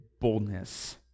boldness